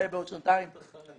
מה יהיה בעוד שנתיים עוד חזון למועד.